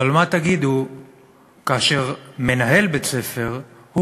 אבל מה תגידו כאשר מנהל בית-ספר הוא